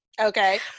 okay